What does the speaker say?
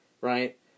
right